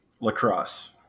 Lacrosse